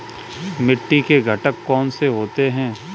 मिट्टी के घटक कौन से होते हैं?